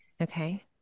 Okay